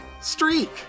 Streak